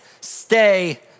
stay